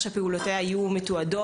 אבל אין שם שום הסדרה ספציפית לאמצעים.